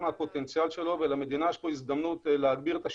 מהפוטנציאל שלו ולמדינה יש הזדמנות להגביר את השימוש.